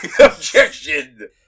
Objection